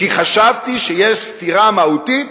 כי חשבתי שיש סתירה מהותית,